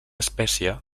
espècie